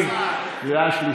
רע"מ לחזק את צה"ל?